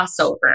crossover